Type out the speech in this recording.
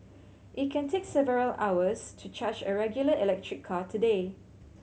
it can take several hours to charge a regular electric car today